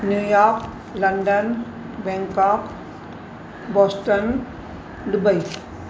New York London Bangkok Boston Dubai